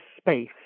space